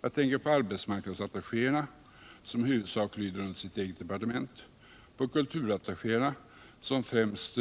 Jag tänker vidare på arbetsmarknadsattachéerna, som i huvudsak lyder under sitt eget departement, kulturattachéerna, som främst